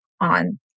on